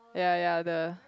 yea yea the